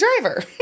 driver